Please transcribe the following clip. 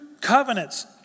covenants